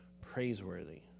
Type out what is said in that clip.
Praiseworthy